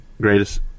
greatest